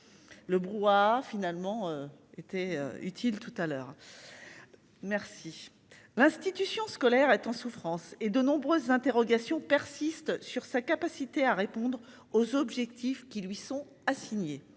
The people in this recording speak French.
Le brouhaha finalement été utile tout à l'heure. Merci l'institution scolaire est en souffrance et de nombreuses interrogations persistent sur sa capacité à répondre aux objectifs qui lui sont assignées.